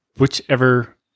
Whichever